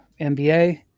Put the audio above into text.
NBA